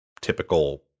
typical